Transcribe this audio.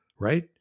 right